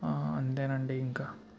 అంతేనండి ఇంక